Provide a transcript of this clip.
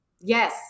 Yes